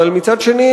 אבל מצד שני,